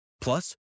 Plus